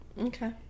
Okay